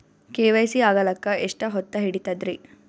KYC ಆಗಲಕ್ಕ ಎಷ್ಟ ಹೊತ್ತ ಹಿಡತದ್ರಿ?